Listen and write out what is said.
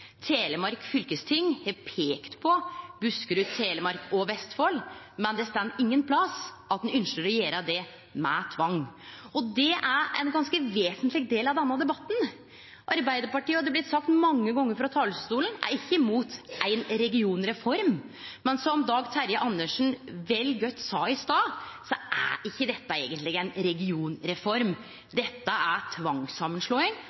Telemark fylkesting har peikt på Buskerud, Telemark og Vestfold, men det står ingen plass at ein ynskjer å gjere det med tvang. Det er ein ganske vesentleg del av denne debatten. Arbeidarpartiet, og det har blitt sagt mange gongar frå denne talarstolen, er ikkje imot ein regionreform, men som Dag Terje Andersen vel sa så godt i stad, er ikkje dette eigentleg ein regionreform.